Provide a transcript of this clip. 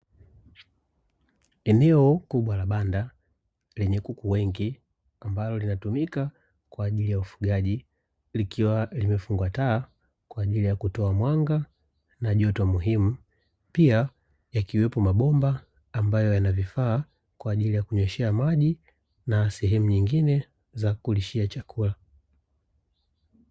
Eneo kubwa la banda lenye kuku wengi, ambalo linatumika kwa ajili ya ufugaji, likiwa limefungwa taa kwa ajili ya kutoa mwanga na joto muhimu. Pia yakiwepo mabomba ambayo yanavifaa kwa kunyweshea maji, na sehemu nyingine za kilishia chakula.